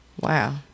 Wow